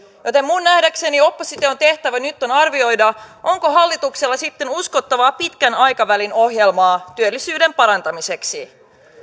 joten minun nähdäkseni opposition tehtävä nyt on arvioida onko hallituksella sitten uskottavaa pitkän aikavälin ohjelmaa työllisyyden parantamiseksi